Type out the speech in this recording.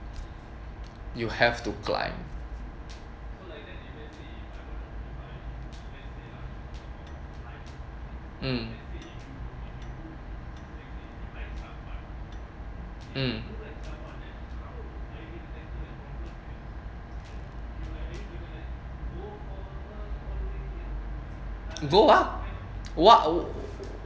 you have to climb um um go ah what